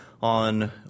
on